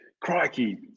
crikey